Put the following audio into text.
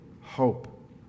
hope